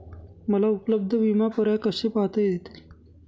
मला उपलब्ध विमा पर्याय कसे पाहता येतील?